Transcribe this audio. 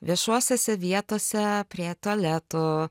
viešosiose vietose prie tualetų